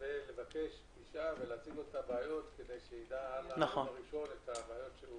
לבקש פגישה ולהציג לו את הבעיות כדי שידע על היום הראשון את הבעיות.